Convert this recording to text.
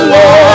Lord